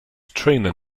trainer